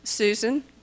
Susan